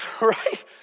right